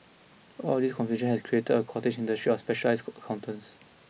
all of this confusion has created a cottage industry of specialised accountants